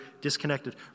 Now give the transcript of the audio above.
disconnected